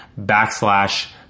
backslash